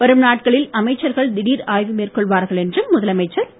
வரும் நாட்களில் அமைச்சர்கள் திடீர் ஆய்வு மேற்கொள்வார்கள் என்றும் முதலமைச்சர் தெரிவித்தார்